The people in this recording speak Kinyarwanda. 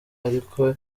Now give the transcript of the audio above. ariko